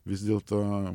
vis dėlto